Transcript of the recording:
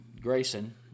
Grayson